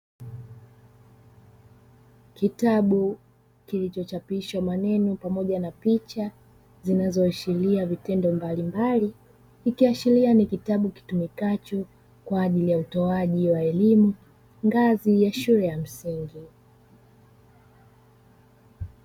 Kitabu kilichochapishwa maneno pamoja na picha zinazoashiria vitendo mbalimbali, ikiashiria ni kitabu kitumikacho kwa ajili ya utoaji wa elimu ngazi ya shule ya msingi.